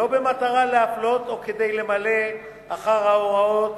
שלא במטרה להפלות, או כדי למלא אחר ההוראות